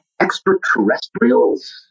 extraterrestrials